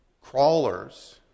crawlers